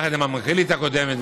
ביחד עם המנכ"לית הקודמת,